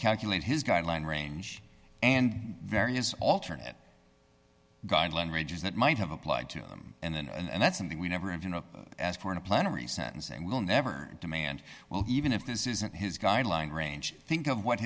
calculate his guideline range and various alternate guideline ranges that might have applied to them and then and that's something we never even to ask for in a plan or a sentencing will never demand well even if this isn't his guideline range think of what